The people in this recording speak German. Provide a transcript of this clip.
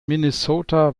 minnesota